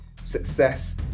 Success